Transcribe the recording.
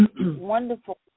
wonderful